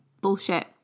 bullshit